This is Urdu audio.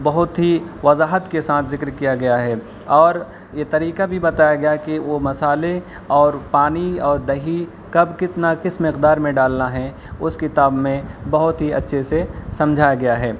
بہت ہی وضاحت کے ساتھ ذکر کیا گیا ہے اور یہ طریقہ بھی بتایا گیا ہے کہ وہ مسالے اور پانی اور دہی کب کتنا کس مقدار میں ڈالنا ہے اس کتاب میں بہت ہی اچھے سے سمجھایا گیا ہے